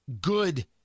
good